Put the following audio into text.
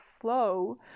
flow